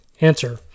Answer